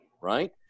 right